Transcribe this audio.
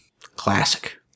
Classic